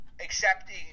accepting